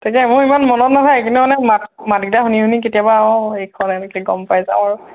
তেতিয়া মোৰ ইমান মনত নাথাকে কিন্তু মানে মাত মাতকেইটা শুনি শুনি কেতিয়াবা অঁ এইখন এনেকে গম পাই যাওঁ আৰু